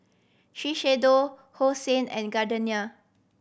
Shiseido Hosen and Gardenia